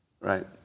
right